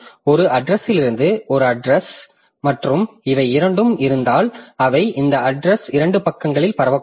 ஒரு அட்ரஸ்லிருந்து ஒரு அட்ரஸ் உள்ளது மற்றும் இவை இரண்டும் இருந்து அவை இந்த அட்ரஸ் இரண்டு பக்கங்களில் பரவக்கூடும்